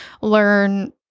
learn